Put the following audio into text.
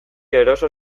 eroso